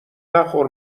نخور